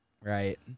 Right